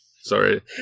Sorry